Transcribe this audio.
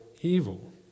evil